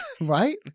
right